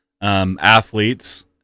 athletes